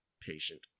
patient